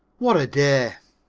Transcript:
what a day!